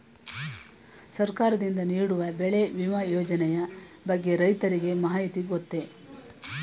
ಸರ್ಕಾರದಿಂದ ನೀಡುವ ಬೆಳೆ ವಿಮಾ ಯೋಜನೆಯ ಬಗ್ಗೆ ರೈತರಿಗೆ ಮಾಹಿತಿ ಗೊತ್ತೇ?